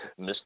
Mr